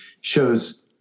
shows